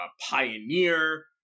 Pioneer